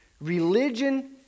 Religion